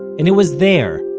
and it was there,